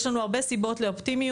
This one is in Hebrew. יש לנו הרבה סיבות לאופטימיות.